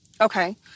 Okay